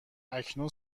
اکنون